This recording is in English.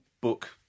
book